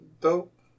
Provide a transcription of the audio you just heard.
dope